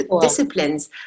disciplines